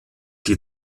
die